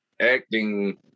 acting